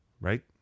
right